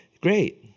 great